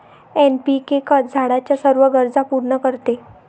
NPK खत झाडाच्या सर्व गरजा पूर्ण करते